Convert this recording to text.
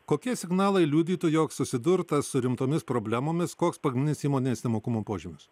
kokie signalai liudytų jog susidurta su rimtomis problemomis koks pagrindinis įmonės nemokumo požymis